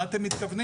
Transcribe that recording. מה אתם מתכוונים?